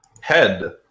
head